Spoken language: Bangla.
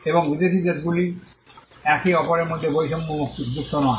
এবং বিদেশী দেশগুলি একে অপরের মধ্যে বৈষম্যযুক্ত নয়